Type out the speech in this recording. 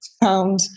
found